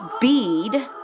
bead